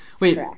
Wait